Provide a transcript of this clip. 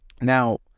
Now